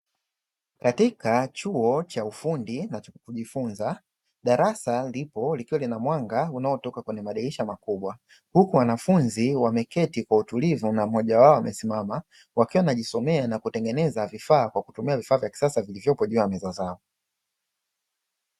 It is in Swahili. Katika chuo cha ufundi na kujifunza, darasa lipo likiwa lina mwanga unaotoka kwenye madirisha makubwa huku wanafunzi wameketi kwa utulivu na mmoja wao amesimama wakiwa wanajisomea na kutengeneza vifaa kwa kutumia vifaa vya kisasa vilivyoko juu ya meza zao.